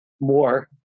more